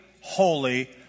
holy